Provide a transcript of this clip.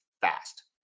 fast